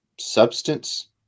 substance